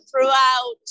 throughout